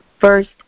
first